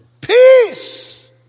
peace